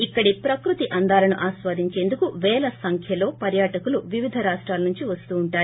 ఇక్కడి ప్రకృతి అందాలను ఆస్వాదించేందుకు పేల సంఖ్యలో పర్యాటకులు వివిధ రాష్టాల నుంచి వస్తూ ఉంటారు